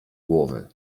głowy